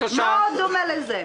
מה עוד דומה לזה?